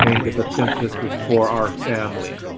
the census is for our family.